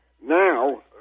now